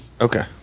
Okay